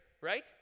right